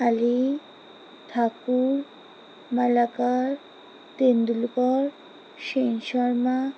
Ali Thakur Malakar Tendulkar Sensharma